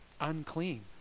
unclean